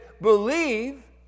believe